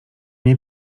nie